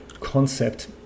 concept